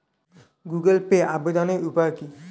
Google পেতে আবেদনের উপায় কি?